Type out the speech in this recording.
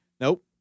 Nope